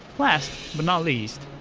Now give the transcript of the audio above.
last, but not least,